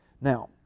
Now